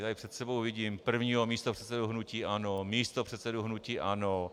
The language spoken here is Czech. Tady před sebou vidím prvního místopředsedu hnutí ANO, místopředsedu hnutí ANO.